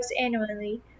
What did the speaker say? annually